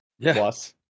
plus